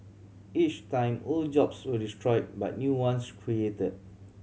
each time old jobs were destroyed but new ones created